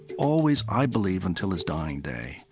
always, i believe, until his dying day,